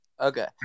Okay